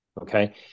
Okay